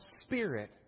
Spirit